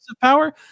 power